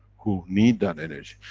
who need that energy.